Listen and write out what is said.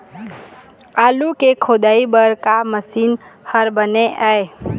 आलू के खोदाई बर का मशीन हर बने ये?